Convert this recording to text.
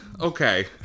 okay